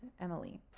Emily